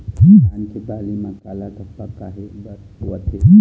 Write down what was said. धान के बाली म काला धब्बा काहे बर होवथे?